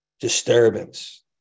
disturbance